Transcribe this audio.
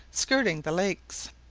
skirting the lakes.